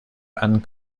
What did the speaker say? and